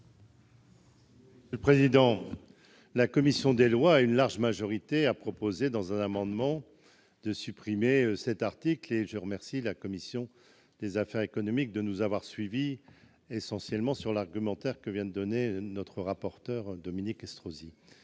explication de vote. La commission des lois a proposé à une large majorité, au travers d'un amendement, de supprimer l'article 12, et je remercie la commission des affaires économiques de nous avoir suivis, essentiellement sur l'argumentaire que vient de donner notre rapporteur Dominique Estrosi